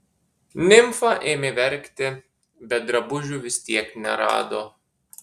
nimfa ėmė verkti bet drabužių vis tiek nerado